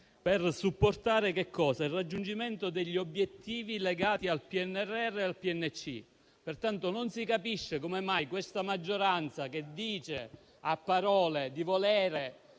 per supportare il raggiungimento degli obiettivi legati al PNRR e al PNC. Pertanto, non si capisce come mai questa maggioranza dica a parole di volere